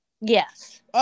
yes